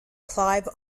clive